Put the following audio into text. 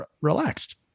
Relaxed